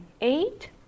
eight